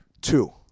Two